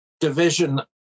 division